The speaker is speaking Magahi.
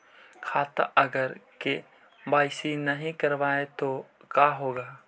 खाता अगर के.वाई.सी नही करबाए तो का होगा?